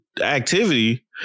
activity